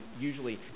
usually